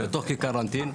בתוך כיכר אנטין.